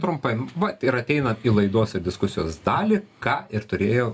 trumpai vat ir ateinam į laidos ir diskusijos dalį ką ir turėjo